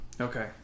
Okay